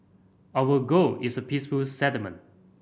our goal is a peaceful settlement